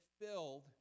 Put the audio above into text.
filled